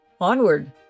onward